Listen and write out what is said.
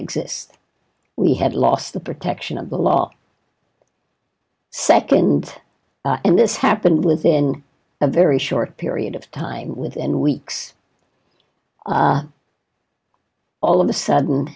exist we had lost the protection of the law second and this happened within a very short period of time within weeks all of a sudden